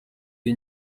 iyi